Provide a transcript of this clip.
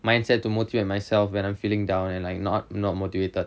mindset to motivate myself when I'm feeling down and like not not motivated